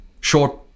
Short